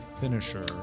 finisher